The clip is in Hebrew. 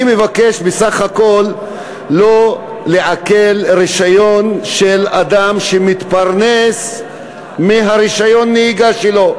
אני מבקש בסך הכול לא לעקל רישיון של אדם שמתפרנס מרישיון הנהיגה שלו,